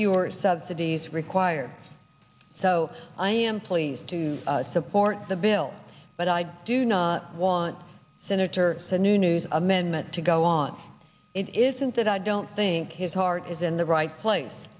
fewer subsidies required so i am pleased to support the bill but i do not want senator sununu amendment to go on it isn't that i don't think his heart is in the right place